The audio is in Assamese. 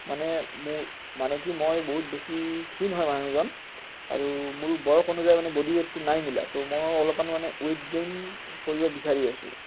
মানে মোৰ মানে কি মই বহুত বেছি ক্ষীণ হয় মানুহজন আৰু মোৰ বয়স অনুযায়ী মানে বডি ৱেইটটো নাই মিলা তো মই অলপমান মানে ৱেইট গেইন কৰিব বিচাৰি আছোঁ